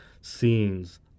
scenes